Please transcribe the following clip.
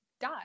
Die